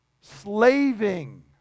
slaving